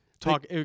talk